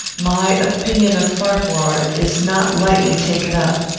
my opinion of farquhar is not lightly taken up.